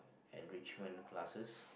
enrichment classes